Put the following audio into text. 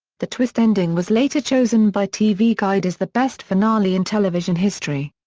the twist ending was later chosen by tv guide as the best finale in television history.